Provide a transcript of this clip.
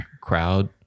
crowd